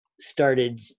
started